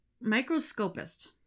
microscopist